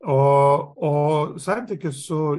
o o santykis su